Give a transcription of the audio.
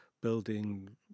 building